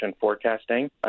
forecasting